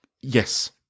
Yes